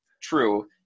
true